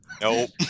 Nope